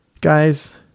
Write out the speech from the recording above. guys